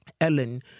Ellen